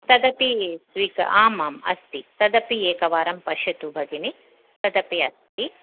तदपि स्वीकर् आम् आम् अस्ति तदपि एकवारं पश्यतु भगिनि तदपि अस्ति